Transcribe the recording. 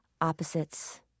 Opposites